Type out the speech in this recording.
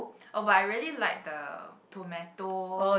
oh but I really like the tomato